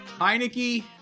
Heineke